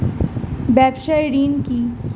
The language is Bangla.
ব্যবসায় ঋণ কি?